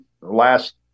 last